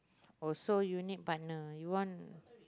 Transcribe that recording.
oh so you need partner you want